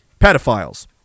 pedophiles